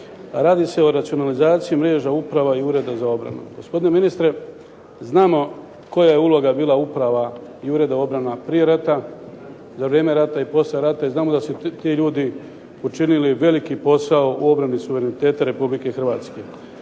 Radi se o racionalizaciji mreža Uprava i Ureda za obranu. Gospodine ministre znamo koja je uloga bila uprava i ureda obrana prije rata, za vrijeme rata i poslije rata i znamo da su ti ljudi učinili veliki posao u obrani suvereniteta RH. No, svjesni